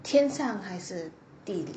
天上还是地